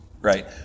right